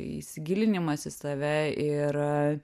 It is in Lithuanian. įsigilinimas į save ir